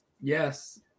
Yes